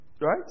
Right